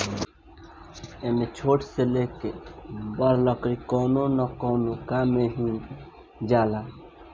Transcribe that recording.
एमे छोट से लेके बड़ लकड़ी कवनो न कवनो काम मे ही जाला